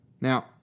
Now